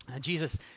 Jesus